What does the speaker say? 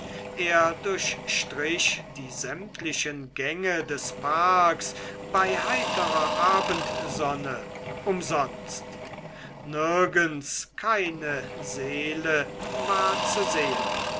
er durchstrich die sämtlichen gänge des parks bei heiterer abendsonne umsonst nirgends keine seele war zu sehen